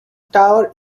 tower